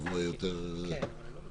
שזה יהיה